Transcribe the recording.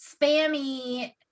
spammy